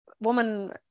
woman